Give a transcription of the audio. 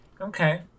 Okay